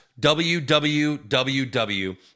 www